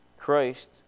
Christ